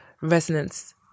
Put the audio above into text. resonance